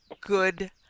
good